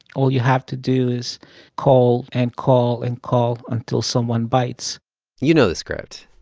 all you have to do is call and call and call until someone bites you know the script.